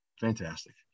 fantastic